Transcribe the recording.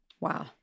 Wow